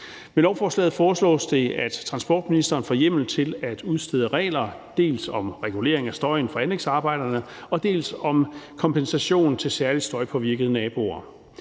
Med lovforslaget foreslås det, at transportministeren får hjemmel til at udstede regler, dels om regulering af støjen fra anlægsarbejderne, dels om kompensation til særligt støjpåvirkede naboer.